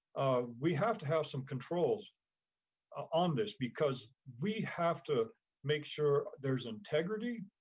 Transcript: we have to have some controls on this because we have to make sure there's integrity,